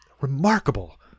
remarkable